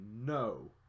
no